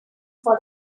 for